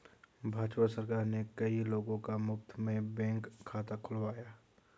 भाजपा सरकार ने कई लोगों का मुफ्त में बैंक खाता खुलवाया